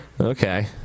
Okay